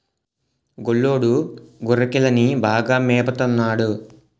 గొల్లోడు గొర్రెకిలని బాగా మేపత న్నాడు